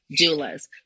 doulas